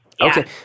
Okay